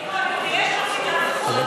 ברגע שתוקפים אותך אישית,